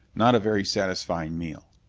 not a very satisfying meal.